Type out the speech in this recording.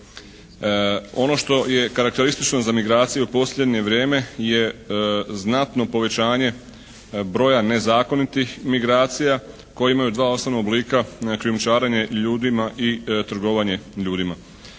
Ono što je karakteristično za migracije u posljednje vrijeme je znatno povećanje broja nezakonitih migracija koje imaju dva osnovna oblika, krijumčarenje ljudima i trgovanje ljudima.